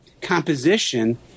composition